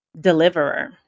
deliverer